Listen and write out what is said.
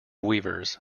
weavers